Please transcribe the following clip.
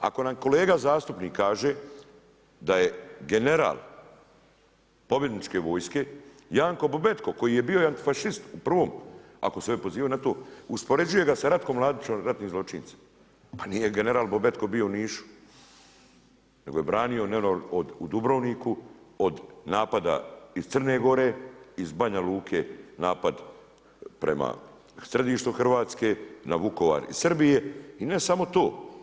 Ako nam kolega zastupnik kaže da je general pobjedničke vojske Janko Bobetko koji je bio i antifašist u prvom, ako se već pozivaju na to uspoređuje ga sa Ratkom Mladićem ratnim zločincem a nije general Bobetko bio u Nišu, nego je branio … u Dubrovniku od napada iz Crne Gore, iz Banja Luke napad prema središtu Hrvatske, na Vukovar iz Srbije i ne samo to.